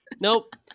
Nope